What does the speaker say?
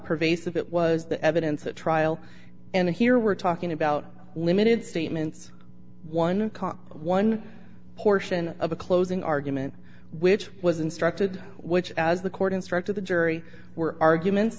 pervasive it was the evidence at trial and here we're talking about limited statements eleven dollars portion of a closing argument which was instructed which as the court instructed the jury were arguments